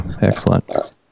excellent